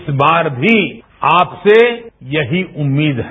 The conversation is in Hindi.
इस बार भी आपसे यही उम्मीद है